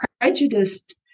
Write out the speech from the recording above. prejudiced